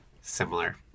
similar